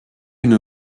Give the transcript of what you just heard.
une